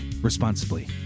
responsibly